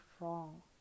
wrong